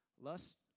Lust